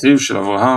אחיו של אברהם,